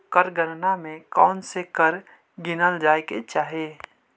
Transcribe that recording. कर गणना में कौनसे कर गिनल जाए के चाही